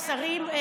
השרים,